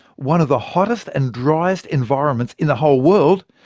one of the hottest and driest environments in the whole world,